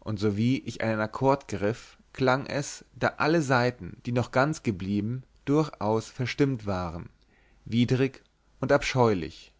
und sowie ich einen akkord griff klang es da alle saiten die noch ganz geblieben durchaus verstimmt waren widrig und abscheulich